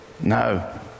No